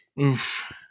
Oof